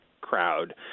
crowd